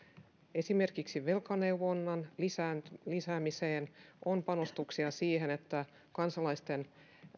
esimerkiksi velkaneuvonnan lisäämiseen lisäämiseen on panostuksia siihen että kansalaisten